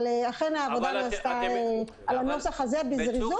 אבל העבודה על הנוסח הזה נעשתה בזריזות.